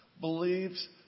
believes